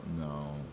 No